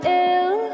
ill